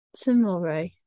Tomorrow